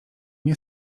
nie